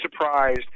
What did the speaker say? surprised